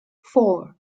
four